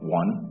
one